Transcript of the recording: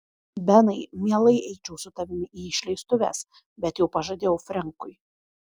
benai mielai eičiau su tavimi į išleistuves bet jau pažadėjau frenkui